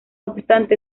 obstante